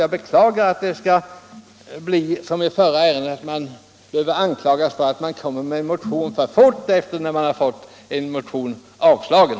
Jag beklagar att det blir som i det förra ärendet: att man anklagas för att komma med en ny motion i samma ämne alltför snart efter det att man fått en motion avslagen.